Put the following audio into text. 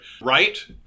Right